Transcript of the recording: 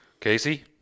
Casey